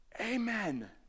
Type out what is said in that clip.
Amen